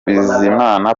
bizimana